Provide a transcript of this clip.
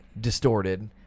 distorted